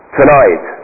tonight